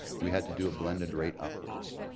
we had to do a blended rate upwards.